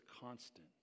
constant